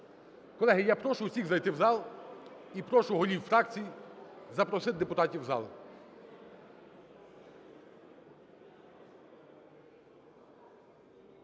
Колеги, я прошу всіх зайти в зал і прошу голів фракцій запросити депутатів в зал.